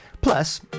Plus